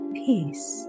peace